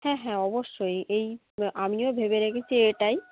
হ্যাঁ হ্যাঁ অবশ্যই এই আমিও ভেবে রেখেছি এটাই